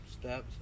steps